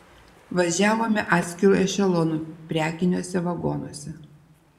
važiavome atskiru ešelonu prekiniuose vagonuose